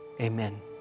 Amen